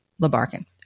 Labarkin